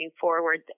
forward